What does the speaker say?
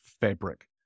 fabric